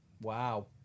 Wow